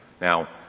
Now